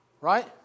Right